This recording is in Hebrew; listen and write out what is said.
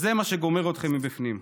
זה מה שגומר אתכם מבפנים.